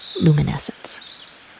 luminescence